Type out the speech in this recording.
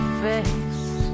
face